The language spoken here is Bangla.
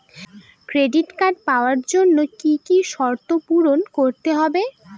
ক্রেডিট কার্ড পাওয়ার জন্য কি কি শর্ত পূরণ করতে হবে?